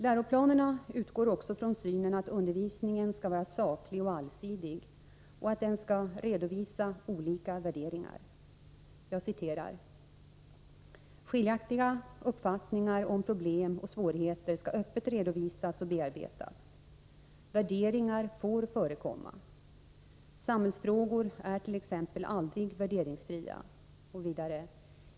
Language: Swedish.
Läroplanerna utgår också från synen att undervisningen skall vara saklig och allsidig och att den skall redovisa olika värderingar. Jag citerar: ”Skiljaktiga uppfattningar om problem och svårigheter skall öppet redovisas och bearbetas. Värderingar får förekomma. Samhällsfrågor är t.ex. aldrig värderingsfria—--.